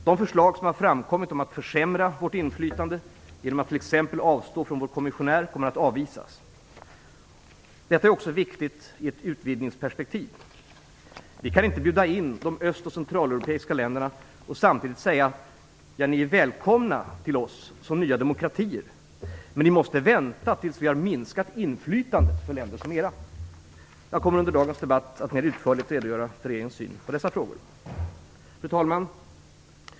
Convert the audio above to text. De förslag som har framkommit om att försämra vårt inflytande genom att t.ex. avstå från vår kommissionär kommer att avvisas. Detta är också viktigt i ett utvidgningsperspektiv. Vi kan inte bjuda in de öst och centraleuropeiska länderna och samtidigt säga: Ni är välkomna till oss som nya demokratier, men ni måste vänta tills vi har minskat inflytandet för länder som era. Jag kommer under dagens debatt att mera utförligt redogöra för regeringens syn på dessa frågor. Fru talman!